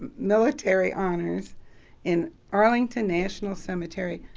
military honors in arlington national cemetery,